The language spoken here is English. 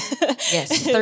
Yes